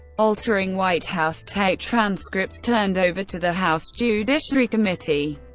altering white house tape transcripts turned over to the house judiciary committee,